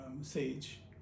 sage